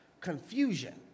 confusion